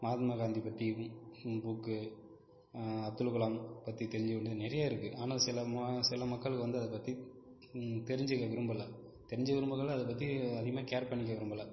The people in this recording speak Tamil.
மஹாத்மா காந்தி பத்தி புக்கு அப்துல்கலாம் பற்றி தெரிஞ்சுக்க வேண்டியது நிறைய இருக்கு ஆனால் சில ம சில மக்கள் வந்து அத பற்றி தெரிஞ்சுக்க விரும்பல தெரிஞ்சுக்க விரும்பல அதை பற்றி அதிகமாக கேர் பண்ணிக்க விரும்பல